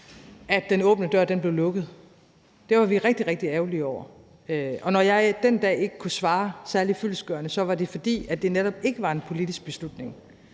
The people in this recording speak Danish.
at åben dør-ordningen blev lukket. Det var vi rigtig, rigtig ærgerlige over. Når jeg den dag ikke kunne svare særlig fyldestgørende, var det, fordi det netop ikke var en politisk beslutning.